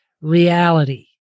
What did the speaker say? reality